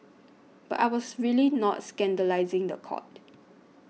but I was really not scandalising the court